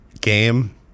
game